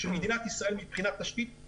ושל מדינת ישראל מבחינת תשתית,